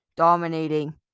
Dominating